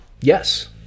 yes